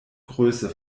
größe